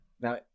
Now